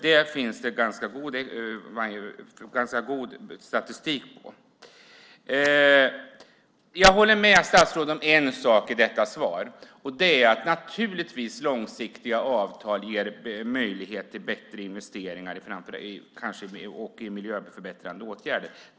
Det finns det ganska god statistik på. Jag håller med statsrådet om en sak som sades i svaret, nämligen att långsiktiga avtal - naturligtvis - ger möjligheter till bättre investeringar och miljöförbättrande åtgärder.